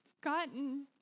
gotten